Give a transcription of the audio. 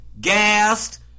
gassed